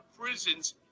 Prisons